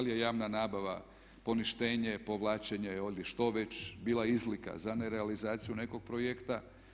Da li je javna nabava poništenje, povlačenje ili što već bila izlika za nerealizaciju nekog projekta.